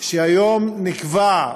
שהיום נקבע,